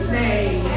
name